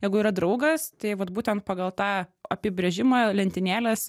jeigu yra draugas tai vat būtent pagal tą apibrėžimą lentynėlės